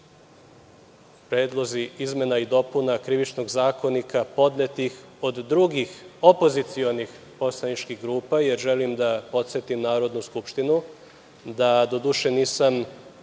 predlozi izmena i dopuna Krivičnog zakonika podnetih od drugih opozicionih poslaničkih grupa? Želim da podsetim Narodnu skupštinu, doduše nisam